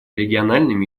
региональными